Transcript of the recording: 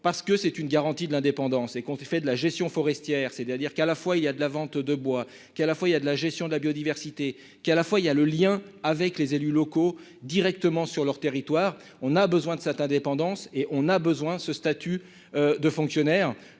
parce que c'est une garantie de l'indépendance et on fait de la gestion forestière, c'est-à-dire qu'à la fois il y a de la vente de bois qui est à la fois il y a de la gestion de la biodiversité qui à la fois il y a le lien avec les élus locaux directement sur leur territoire, on a besoin de cette indépendance et on a besoin ce statut de fonctionnaire,